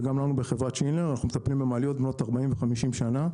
וגם לנו בחברת שינדלר אנחנו מטפלים במעליות בנות 40-50 שנים,